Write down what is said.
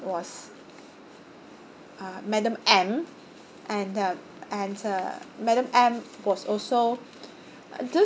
was uh madam M and um and uh madam M was also uh doesn't